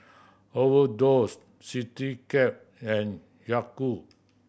Overdose Citycab and Yakult